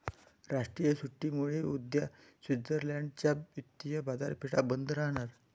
राष्ट्रीय सुट्टीमुळे उद्या स्वित्झर्लंड च्या वित्तीय बाजारपेठा बंद राहणार